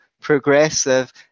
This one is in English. progressive